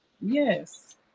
Yes